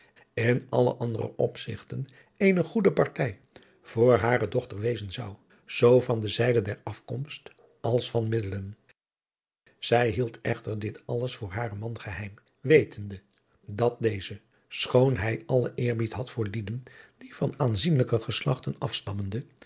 in alle andere opzigten eene goede partij voor hare dochter wezen zou zoo van de zijde der afkomst als van middelen zij hield echter dit alles voor haren man geheim wetende dat deze schoon hij allen eerbied had voor lieden die van aanzienlijke geslachten afstammende